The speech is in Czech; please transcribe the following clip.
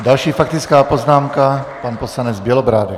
Další faktická poznámka, pan poslanec Bělobrádek.